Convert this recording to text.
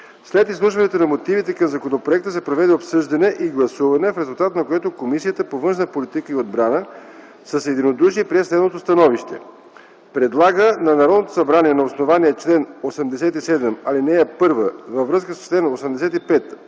След изслушването на мотивите към законопроекта се проведе обсъждане и гласуване, в резултат на което Комисията по външна политика и отбрана с единодушие прие следното становище: Предлага на Народното събрание на основание чл. 87, ал. 1 във връзка с чл. 85,